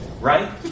Right